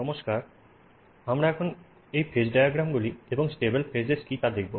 নমস্কার আমরা এখন এই ফেজ ডায়াগ্রামগুলি এবং স্টেবল ফেজেস কী তা দেখব